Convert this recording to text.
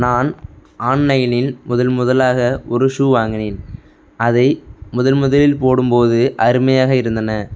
நான் ஆன்லைனில் முதல் முதலாக ஒரு ஷூ வாங்கினேன் அதை முதல் முதலில் போடும் போது அருமையாக இருந்தன